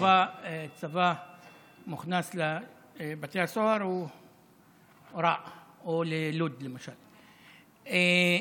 שהצבא מוכנס לבתי הסוהר, או ללוד, למשל, היא רעה.